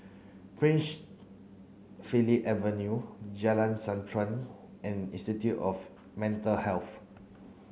Prince Philip Avenue Jalan Srantan and Institute of Mental Health